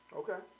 okay